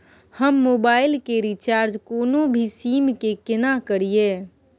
हम मोबाइल के रिचार्ज कोनो भी सीम के केना करिए?